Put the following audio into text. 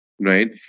Right